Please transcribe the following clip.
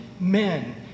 men